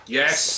yes